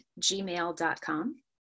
gmail.com